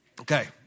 Okay